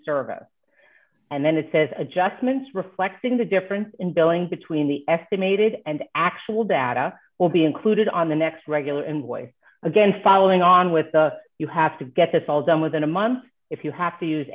service and then it says adjustments reflecting the difference in billing between the estimated and actual data will be included on the next regular and boy again following on with the you have to get this all done within a month if you have to use